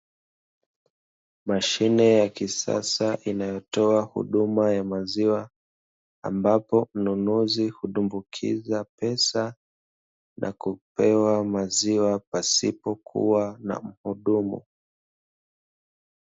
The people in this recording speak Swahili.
Mashine ya kisasa inayotoa huduma ya maziwa, ambapo mnunuzi hudumbukiza pesa na kupewa maziwa pasipo kuwa na mhudumu.